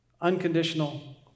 unconditional